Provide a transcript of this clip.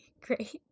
great